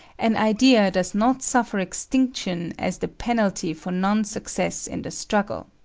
an idea does not suffer extinction as the penalty for non-success in the struggle.